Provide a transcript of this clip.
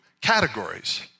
categories